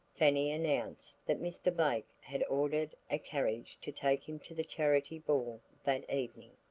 fanny announced that mr. blake had ordered a carriage to take him to the charity ball that evening,